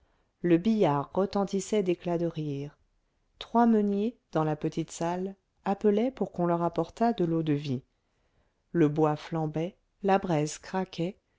le billard retentissait d'éclats de rire trois meuniers dans la petite salle appelaient pour qu'on leur apportât de l'eau-de-vie le bois flambait la braise craquait